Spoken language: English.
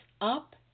up